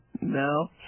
No